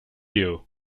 you